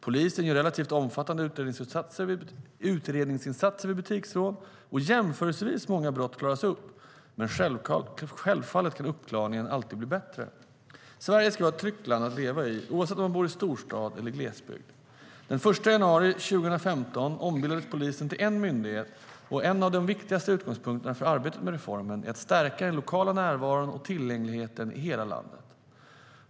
Polisen gör relativt omfattande utredningsinsatser vid butiksrån, och jämförelsevis många brott klaras upp, men självfallet kan uppklaringen alltid bli bättre. Sverige ska vara ett tryggt land att leva i, oavsett om man bor i storstad eller glesbygd. Den 1 januari 2015 ombildades polisen till en myndighet. En av de viktigaste utgångspunkterna för arbetet med reformen är att stärka den lokala närvaron och tillgängligheten i hela landet.